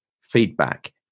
feedback